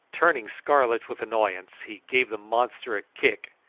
turning scarlet with annoyance, he gave the monster a kick,